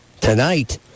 tonight